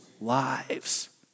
lives